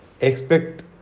expect